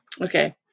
Okay